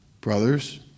brothers